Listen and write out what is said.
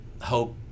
hope